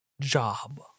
job